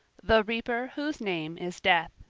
the reaper whose name is death